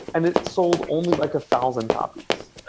and it sold only like a thousand copies.